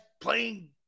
playing